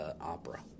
...opera